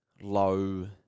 low